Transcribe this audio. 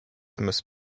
must